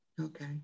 okay